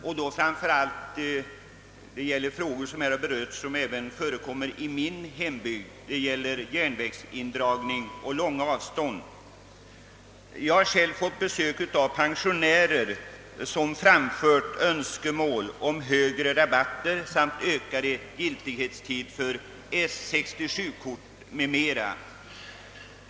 Järnvägsindragningar och långa avstånd är företeelser som jag känner till från min hembygd, och jag har själv fått besök av pensionärer som framfört önskemål om högre rabatter, utökad giltighetstid för 67-kortet m.m.